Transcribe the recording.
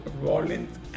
Rollins